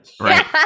Right